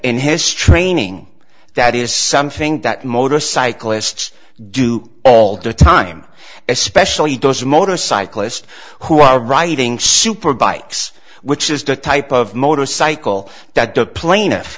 in his training that is something that motorcyclists do all the time especially those motorcyclist who are riding superbikes which is the type of motorcycle that the plaintiff